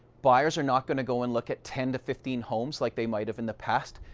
buyers are not going to go and look at ten to fifteen homes like they might have in the past.